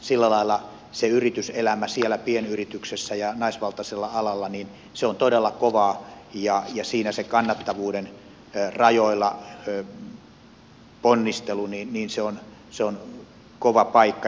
sillä lailla se yrityselämä siellä pienyrityksessä ja naisvaltaisella alalla on todella kovaa ja siinä se kannattavuuden rajoilla ponnistelu on kova paikka